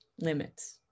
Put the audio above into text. limits